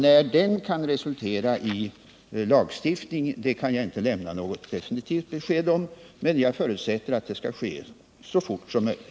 När denna kan resultera i en lagstiftning kan jag inte lämna något definitivt besked om, men jag förutsätter att det kommer att ske så fort som möjligt.